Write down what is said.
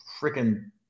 freaking